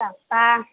তাৰপৰা